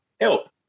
help